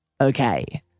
Okay